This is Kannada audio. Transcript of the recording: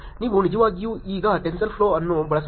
ನೀವು ನಿಜವಾಗಿಯೂ ಈಗ Tensorflow ಅನ್ನು ಬಳಸಬಹುದು